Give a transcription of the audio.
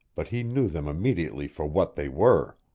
but he knew them immediately for what they were.